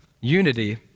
unity